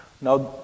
Now